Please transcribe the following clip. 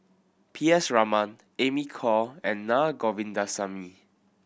P S Raman Amy Khor and Naa Govindasamy